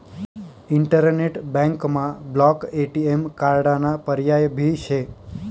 internet बँकमा block ATM कार्डाना पर्याय भी शे